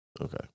Okay